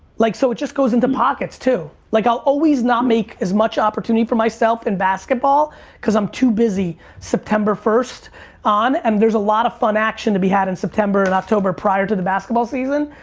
like so it just goes into pockets too. like i'll always not make as much opportunity for myself in basketball cause i'm too busy september first on and there's a lot of fun action to be had in september and october prior to the basketball season.